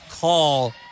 call